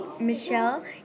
Michelle